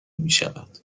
میشود